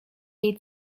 jej